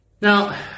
Now